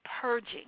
purging